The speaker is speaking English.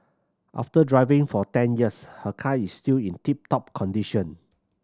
after driving for ten years her car is still in tip top condition